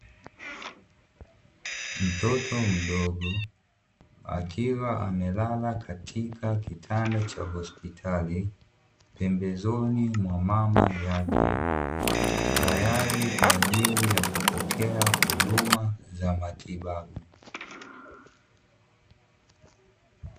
Mtoto mdogo akiwa amelala katika kitanda cha hospitali, pembezoni mwa mama yake, tayari kwa ajili ya kupokea huduma za matibabu.